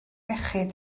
iechyd